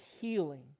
healing